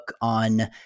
on